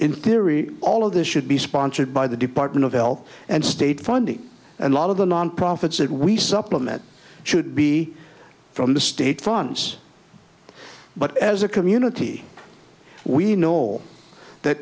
in theory all of this should be sponsored by the department of health and state funding and lot of the non profits that we supplement should be from the state funds but as a community we know that